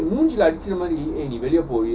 oh